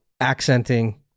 accenting